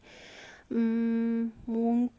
mm mungkin